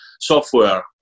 software